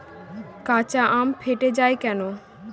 কাঁচা আম ফেটে য়ায় কেন?